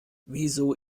wieso